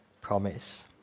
promise